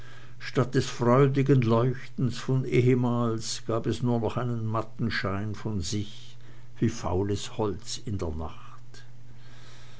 statt des freudigen leuchtens von ehemals gab es nur noch einen matten weißen schein von sich wie faules holz in der nacht